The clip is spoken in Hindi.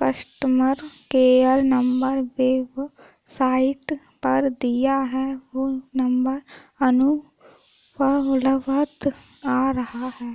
कस्टमर केयर नंबर वेबसाईट पर दिया है वो नंबर अनुपलब्ध आ रहा है